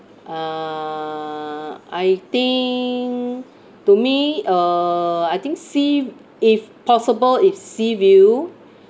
uh I think to me err I think sea if possible if sea view